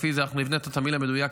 ולפי זה אנחנו נבנה את התמהיל המדויק,